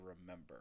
remember